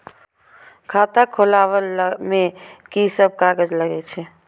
खाता खोलाअब में की सब कागज लगे छै?